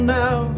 now